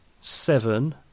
seven